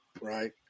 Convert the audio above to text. right